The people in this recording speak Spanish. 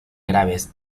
graves